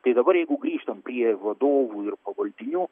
tai dabar jeigu grįžtam prie vadovų ir pavaldinių